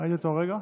ראיתי אותו הרגע,